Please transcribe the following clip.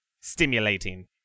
stimulating